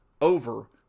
over